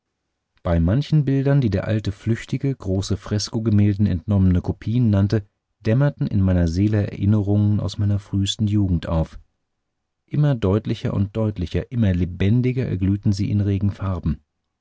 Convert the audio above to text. bei manchen bildern die der alte flüchtige großen freskogemälden entnommene kopien nannte dämmerten in meiner seele erinnerungen aus meiner frühsten jugend auf immer deutlicher und deutlicher immer lebendiger erglühten sie in regen farben